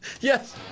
Yes